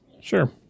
Sure